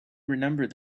remembered